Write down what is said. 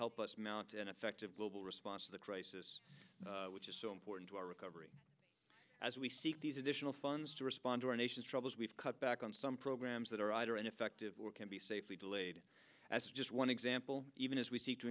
help us mount an effective global response to the crisis which is so important to our recovery as we seek these additional funds to respond to our nation's troubles we've cut back on some programs that are either ineffective or can be safely delayed as just one example even as we seek to